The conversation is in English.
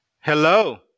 Hello